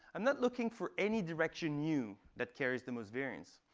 i'm not looking for any direction new that carries the most variance.